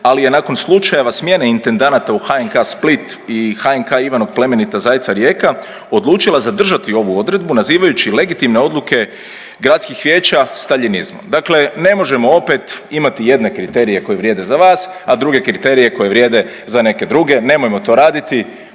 ali je nakon slučajeva smjene intendanata u HNK Split i HNK Ivana plemenitog Zajca Rijeka odlučila zadržati ovu odredbu nazivajući legitimne odluke gradskih vijeća Staljinizmom, dakle ne možemo opet imati jedne kriterije koji vrijede za vas, a druge kriterije koje vrijede za neke druge, nemojmo to raditi,